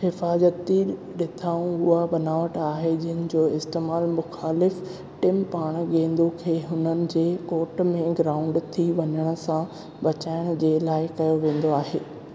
हिफ़ाज़ती रिथाऊं उहा बनावट आहे जिनि जो इस्तैमालु मुख़ालिफ़ु टीम पारां गेंदु खे हुननि जे कोर्ट में ग्राउंड थी वञणु सां बचाइणु जे लाइ कयो वेंदो आहे